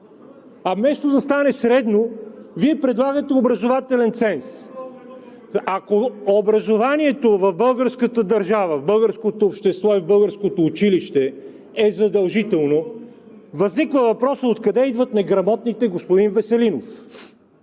А вместо да стане средно, Вие предлагате образователен ценз. Ако образованието в българската държава, в българското общество и в българското училище е задължително, възниква въпросът: откъде идват неграмотните, господин Веселинов?